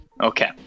Okay